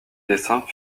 dessins